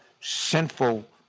sinful